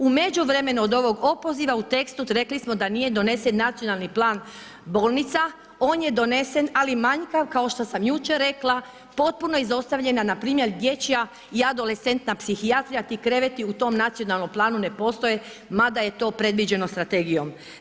U međuvremenu od ovog opoziva u tekstu rekli smo da nije donesen nacionalni plan bolnica, on je donesen ali manjkav kao što sam jučer rekla, potpuno izostavljena npr. dječja i adolescentna psihijatrija, ti kreveti u tom nacionalnom planu ne postoje mada je to predviđeno strategijom.